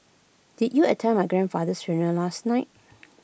did you attend my grandfather's funeral last night